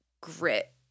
grit